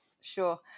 Sure